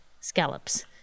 scallops